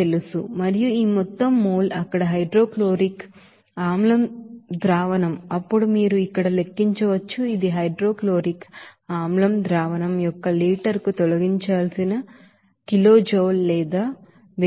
తెలుసు మరియు మీ మొత్తం మోల్ అక్కడ హైడ్రోక్లోరిక్ ఆసిడ్ సొల్యూషన్ అప్పుడు మీరు ఇక్కడ లెక్కించవచ్చు ఇది ఆ హైడ్రోక్లోరిక్ ఆసిడ్ సొల్యూషన్ యొక్క లీటరుకు తొలగించాల్సిన కిలోజౌల్ లేదా హీట్ ఎనర్జీ